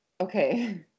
okay